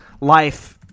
life